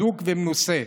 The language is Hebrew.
בדוק ומנוסה.